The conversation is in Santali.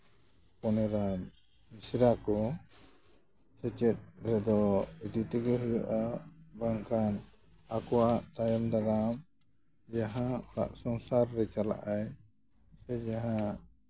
ᱦᱚᱯᱚᱱ ᱮᱨᱟ ᱢᱤᱥᱨᱟ ᱠᱚ ᱥᱮᱪᱮᱫ ᱨᱮᱫᱚ ᱤᱫᱤ ᱛᱮᱜᱮ ᱦᱩᱭᱩᱜᱼᱟ ᱵᱟᱝᱠᱷᱟᱱ ᱟᱠᱚᱣᱟᱜ ᱛᱟᱭᱚᱢ ᱫᱟᱨᱟᱢ ᱡᱟᱦᱟᱸ ᱚᱲᱟᱜ ᱥᱚᱝᱥᱟᱨ ᱨᱮᱭ ᱪᱟᱞᱟᱜᱼᱟᱭ ᱥᱮ ᱡᱟᱦᱟᱸ